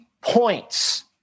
points